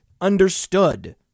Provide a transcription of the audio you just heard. Understood